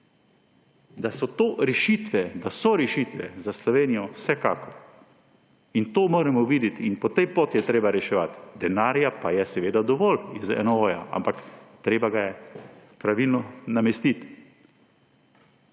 Da so to rešitve, da so rešitve za Slovenijo! Vsekakor. To moramo videti in po tej poti je treba reševati, denarja pa je seveda dovolj iz NNO; ampak, treba ga je pravilno namestiti.